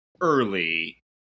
early